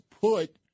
put